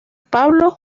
pedro